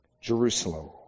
Jerusalem